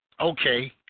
Okay